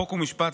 חוק ומשפט,